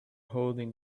holding